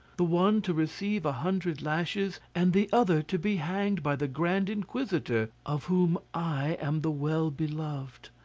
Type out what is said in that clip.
the one to receive a hundred lashes, and the other to be hanged by the grand inquisitor, of whom i am the well-beloved?